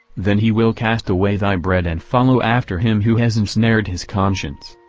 then he will cast away thy bread and follow after him who has ensnared his conscience.